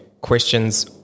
questions